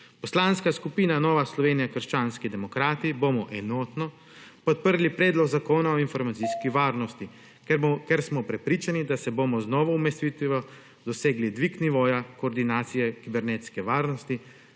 Poslanska skupina Nova Slovenija – krščanski demokrati bomo enotno podprli predlog zakona o informacijski varnosti, ker smo prepričani, da bomo z novo umestitvijo dosegli dvig nivoja koordinacije kibernetske varnosti,